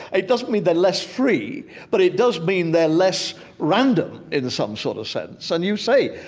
it doesn't mean they're less free but it does mean they're less random in some sort of sense. and you say,